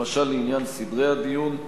למשל לעניין סדרי הדיון.